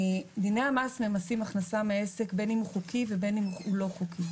דיני המס ממסים הכנסה מעסק בין אם הוא חוקי ובין אם הוא לא-חוקי.